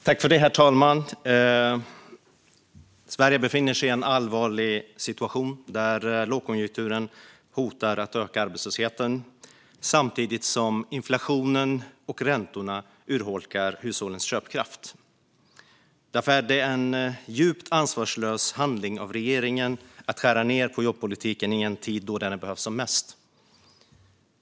Herr talman! Sverige befinner sig i en allvarlig situation där lågkonjunkturen hotar att öka arbetslösheten, samtidigt som inflationen och räntorna urholkar hushållens köpkraft. Därför är det en djupt ansvarslös handling av regeringen att skära ned på jobbpolitiken i en tid då den behövs som mest.